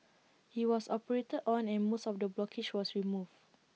he was operated on and most of the blockage was removed